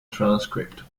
transcript